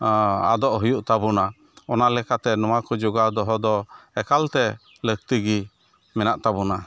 ᱟᱫᱚᱜ ᱦᱩᱭᱩᱜ ᱛᱟᱵᱚᱱᱟ ᱚᱱᱟ ᱞᱮᱠᱟᱛᱮ ᱱᱚᱣᱟᱠᱚ ᱡᱚᱜᱟᱣ ᱫᱚᱦᱚ ᱫᱚ ᱮᱠᱟᱞᱛᱮ ᱞᱟᱹᱠᱛᱤᱜᱮ ᱢᱮᱱᱟᱜ ᱛᱟᱵᱚᱱᱟ